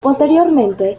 posteriormente